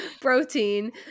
protein